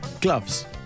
Gloves